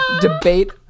debate